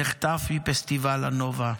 נחטף מפסטיבל הנובה,